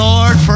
Lord